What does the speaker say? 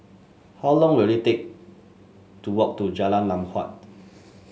how long will it take to walk to Jalan Lam Huat